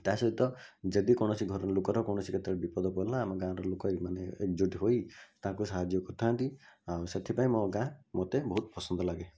ତା'ସହିତ ଜଦି କୌଣସି ଘର ଲୋକର କୌଣସି କେତେବେଳେ ବିପଦ ପଡ଼ିଲା ଆମ ଗାଁ'ର ଲୋକମାନେ ଏକଜୁଟ୍ ହୋଇ ତାଙ୍କୁ ସାହାଯ୍ୟ କରିଥାନ୍ତି ଆଉ ସେଥିପାଇଁ ମୋ ଗାଁ ମୋତେ ବହୁତ ପସନ୍ଦ ଲାଗେ